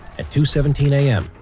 at two seventeen a m.